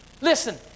Listen